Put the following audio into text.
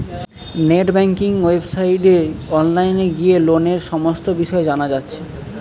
net banking ওয়েবসাইটে online গিয়ে লোনের সমস্ত বিষয় জানা যাচ্ছে